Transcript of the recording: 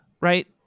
right